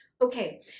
Okay